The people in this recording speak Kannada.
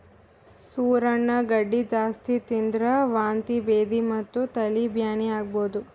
ಸೂರಣ ಗಡ್ಡಿ ಜಾಸ್ತಿ ತಿಂದ್ರ್ ವಾಂತಿ ಭೇದಿ ಮತ್ತ್ ತಲಿ ಬ್ಯಾನಿ ಆಗಬಹುದ್